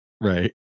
Right